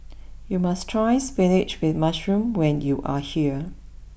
you must try spinach with Mushroom when you are here